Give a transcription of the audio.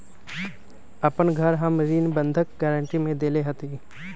अपन घर हम ऋण बंधक गरान्टी में देले हती